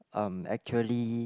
um actually